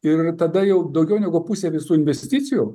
ir tada jau daugiau negu pusė visų investicijų